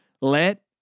let